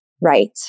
right